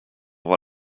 voir